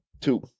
Two